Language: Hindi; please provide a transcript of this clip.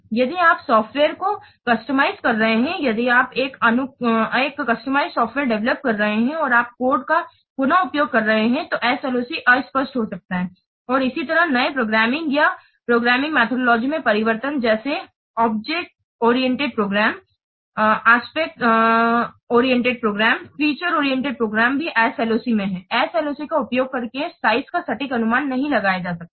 यदि आप सॉफ़्टवेयर को कस्टमाइज़ कर रहे हैं यदि आप एक अनुकूलित सॉफ़्टवेयर डेवेलोप कर रहे हैं और आप कोड का पुन उपयोग कर रहे हैं तो SLOC अस्पष्ट हो सकता है और इसी तरह नए प्रोग्रामिंग या प्रोग्रामिंग मेथोडोलॉजी में परिवर्तन जैसे ऑब्जेक्ट ओरिएंटेड प्रोग्राम आस्पेक्ट उन्मुख प्रोग्राम फीचर ओरिएंटेड प्रोग्राम भी SLOC में है SLOC का उपयोग करके आकार का सटीक अनुमान नहीं लगाया जा सकता है